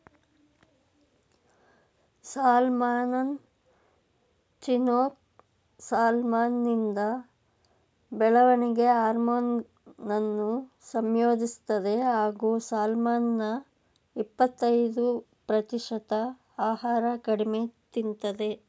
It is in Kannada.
ಸಾಲ್ಮನ್ ಚಿನೂಕ್ ಸಾಲ್ಮನಿಂದ ಬೆಳವಣಿಗೆ ಹಾರ್ಮೋನನ್ನು ಸಂಯೋಜಿಸ್ತದೆ ಹಾಗೂ ಸಾಲ್ಮನ್ನ ಇಪ್ಪತಯ್ದು ಪ್ರತಿಶತ ಆಹಾರ ಕಡಿಮೆ ತಿಂತದೆ